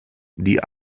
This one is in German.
die